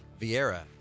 Vieira